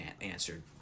answered